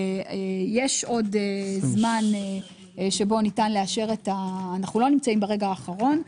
יש עוד זמן שבו ניתן לאשר אנו לא ברגע האחרון,